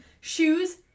Shoes